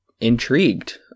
intrigued